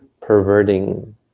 perverting